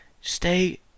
stay